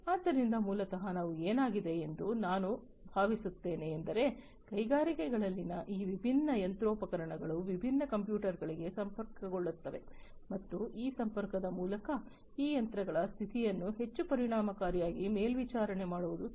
ಆದ್ದರಿಂದ ಮೂಲತಃ ನಾವು ಏನಾಗಿದೆ ಎಂದು ನಾನು ಭಾವಿಸುತ್ತೇನೆ ಎಂದರೆ ಕೈಗಾರಿಕೆಗಳಲ್ಲಿನ ಈ ವಿಭಿನ್ನ ಯಂತ್ರೋಪಕರಣಗಳು ವಿಭಿನ್ನ ಕಂಪ್ಯೂಟರ್ಗಳಿಗೆ ಸಂಪರ್ಕಗೊಳ್ಳುತ್ತವೆ ಮತ್ತು ಈ ಸಂಪರ್ಕದ ಮೂಲಕ ಈ ಯಂತ್ರಗಳ ಸ್ಥಿತಿಯನ್ನು ಹೆಚ್ಚು ಪರಿಣಾಮಕಾರಿಯಾಗಿ ಮೇಲ್ವಿಚಾರಣೆ ಮಾಡುವುದು ಸಾಧ್ಯ